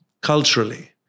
culturally